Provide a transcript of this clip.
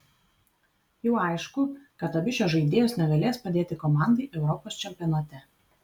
jau aišku kad abi šios žaidėjos negalės padėti komandai europos čempionate